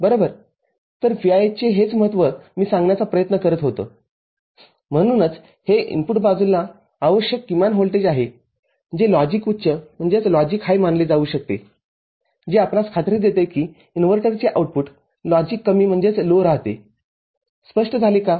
तर VIH चे हेच महत्त्व मी सांगण्याचा प्रयत्न करीत होतोम्हणूनच हे इनपुट बाजूला आवश्यक किमान व्होल्टेज आहे जे लॉजिक उच्च मानले जाऊ शकते जे आपणास खात्री देते कि इनव्हर्टरचे आउटपुटलॉजिक कमी राहते स्पष्ट झाले का